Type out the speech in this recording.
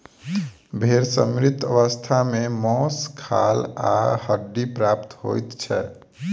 भेंड़ सॅ मृत अवस्था मे मौस, खाल आ हड्डी प्राप्त होइत छै